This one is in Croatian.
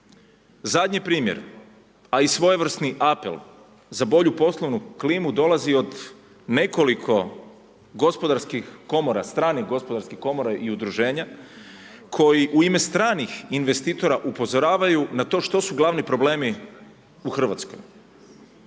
Zadnji primjer, a i svojevrsni apel za bolju poslovnu klimu dolazi od nekoliko gospodarskih komora, stranih gospodarskih komora i udruženja, koji u ime stranih investitora upozoravaju na to što su glavni problemi u Hrvatskoj.